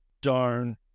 darn